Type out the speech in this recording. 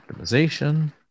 optimization